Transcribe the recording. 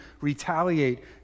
retaliate